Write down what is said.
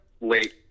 late